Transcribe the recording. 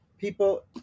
people